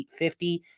850